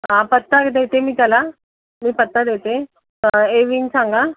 हां पत्ता देते मी त्याला मी पत्ता देते ए विंग सांगा